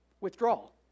withdrawal